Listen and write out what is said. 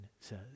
says